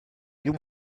you